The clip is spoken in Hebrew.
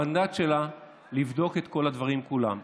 במנדט שלה לבדוק את כל הדברים כולם.